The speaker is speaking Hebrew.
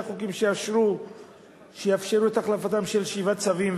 חוקים שיאפשרו את החלפתם של שבעה צווים,